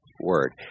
word